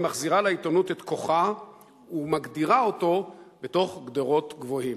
היא מחזירה לעיתונות את כוחה ומגדירה אותו בתוך גדרות גבוהות.